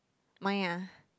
my ah